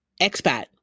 expat